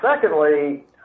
Secondly